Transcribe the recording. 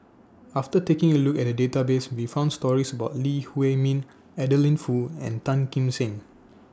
after taking A Look At The Database We found stories about Lee Huei Min Adeline Foo and Tan Kim Seng